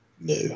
No